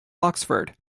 oxford